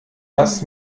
das